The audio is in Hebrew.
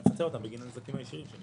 נפצה אותם בגין נזקים ישירים.